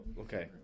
okay